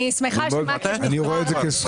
אני רואה את זה כזכות,